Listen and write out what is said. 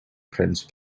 prince